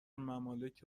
ممالک